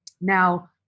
Now